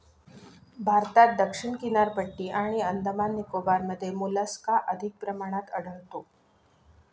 भारतात दक्षिण किनारपट्टी आणि अंदमान निकोबारमध्ये मोलस्का अधिक प्रमाणात आढळतो